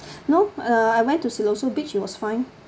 no uh I went to siloso beach it was fine